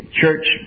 church